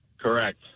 Correct